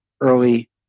early